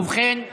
רגע, רגע,